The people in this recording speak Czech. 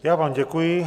Já vám děkuji.